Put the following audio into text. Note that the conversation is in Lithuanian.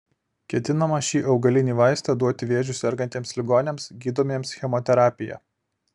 ketinama šį augalinį vaistą duoti vėžiu sergantiems ligoniams gydomiems chemoterapija